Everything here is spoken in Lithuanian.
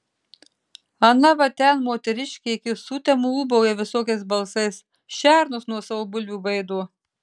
ana va ten moteriškė iki sutemų ūbauja visokiais balsais šernus nuo savo bulvių baido